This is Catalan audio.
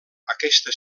aquesta